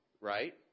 right